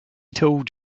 told